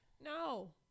no